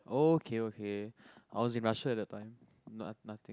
oh okay okay I was in Russia that time not~ nothing